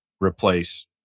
replace